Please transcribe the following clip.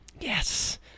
Yes